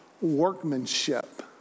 workmanship